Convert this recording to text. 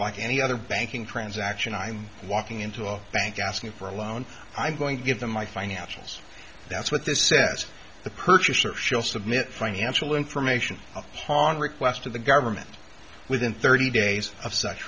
like any other banking transaction i'm walking into a bank asking for a loan i'm going to give them my financials that's what this says the purchaser shall submit financial information upon request of the government within thirty days of such